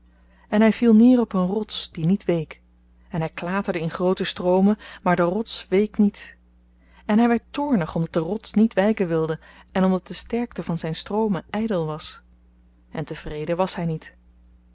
en hy viel neer op een rots die niet week en hy klaterde in groote stroomen maar de rots week niet en hy werd toornig omdat de rots niet wyken wilde en omdat de sterkte van zyn stroomen ydel was en tevreden was hy niet